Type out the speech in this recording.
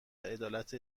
عدالت